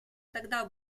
тогда